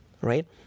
right